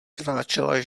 kráčela